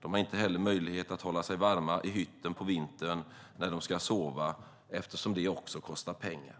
De har inte heller möjlighet att hålla sig varma i hytten på vintern när de ska sova, eftersom det också kostar pengar.